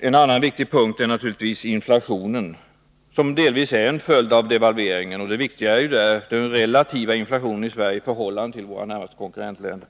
Den andra punkten gäller inflationen, som delvis är en följd av devalveringen. Det viktiga i detta sammanhang är den relativa inflationen i Sverige — när man alltså ser vårt land i förhållande till våra närmaste konkurrentländer.